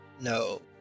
No